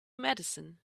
medicine